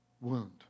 wound